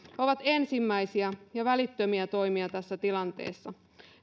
ovat ensimmäisiä ja välittömiä toimia tässä tilanteessa